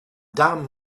damn